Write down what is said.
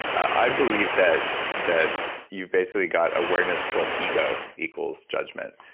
i believe that that you've basically got awareness plus ego equals judgment.